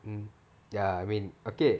mm ya I mean okay